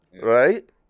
right